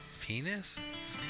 Penis